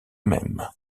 mêmes